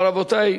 אבל, רבותי,